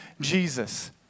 Jesus